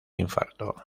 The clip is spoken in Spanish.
infarto